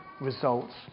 results